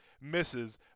misses